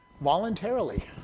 Voluntarily